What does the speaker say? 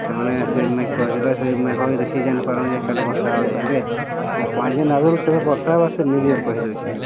ସେମାନେ ସେ ମଇ କହିିଲେ ସେଇ ଭାବକ ଦେଖିକି ଜାଣିପାରୁନ ଯେ କାଲି ବର୍ଷା ହ ଏବେ ନାଇଁ ପାଞ୍ଚ ଦିନ ଆଗରୁ କେବେ ବର୍ଷା ହେବ ସେ ନ୍ୟୁଜ୍ କହିଦେଉଛି